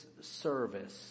service